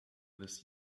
this